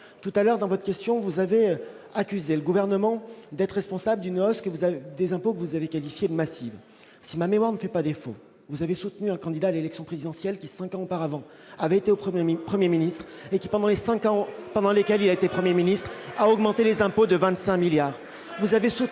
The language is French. tout à l'heure dans votre question vous avez accusé le gouvernement d'être responsable d'une hausse que vous avez des impôts que vous avez qualifié de massive, si ma mémoire ne fait pas défaut vous avez soutenu un candidat à l'élection présidentielle qui, 5 ans auparavant, avait été au 1er Premier ministre et qui, pendant les 5 ans pendant lesquels il a été 1er ministre a augmenté les impôts de 25 milliards